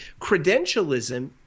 credentialism